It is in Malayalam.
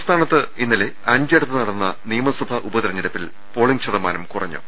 സംസ്ഥാനത്ത് ഇന്നലെ അഞ്ചിടത്ത് നടന്ന നിയമസഭാ ഉപതെരഞ്ഞെ ടുപ്പിൽ പോളിംഗ് ശതമാനം കുറഞ്ഞു